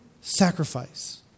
sacrifice